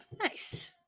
Nice